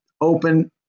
open